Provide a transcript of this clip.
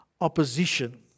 opposition